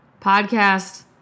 Podcast